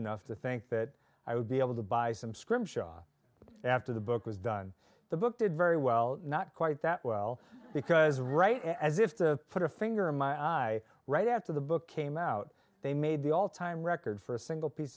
enough to think that i would be able to buy some scrimshaw after the book was done the book did very well not quite that well because right as if to put a finger in my eye right after the book came out they made the all time record for a single piece